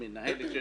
יש מנהלת.